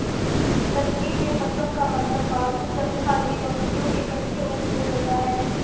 कश्मीर में, पश्म का मतलब पालतू चंगथांगी बकरियों के कच्चे ऊन से होता है